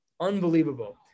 Unbelievable